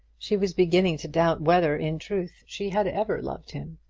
she was beginning to doubt whether, in truth, she had ever loved him.